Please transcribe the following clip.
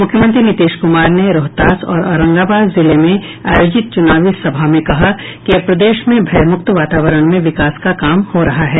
मुख्यमंत्री नीतीश कुमार ने रोहतास और औरंगाबाद जिले में आयोजित चुनावी सभा में कहा कि अब प्रदेश में भय मुक्त वातावरण में विकास का काम हो रहा है